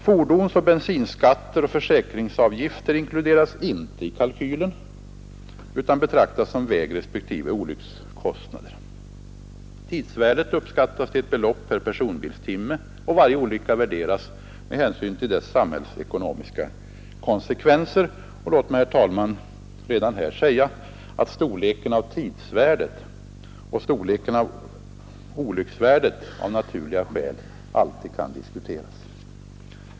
Fordonsoch bensinskatt samt försäkringsavgifter inkluderas inte i kalkylen utan betraktas som vägrespektive olycksfallskostnader. Tidsvärdet uppskattas till ett belopp per personbilstimme, och varje olycka värderas med hänsyn till dess samhällsekonomiska konsekvenser. Låt mig, herr talman, redan här säga att tidsvärdets storlek liksom olycksvärdets storlek av naturliga skäl alltid kan diskuteras.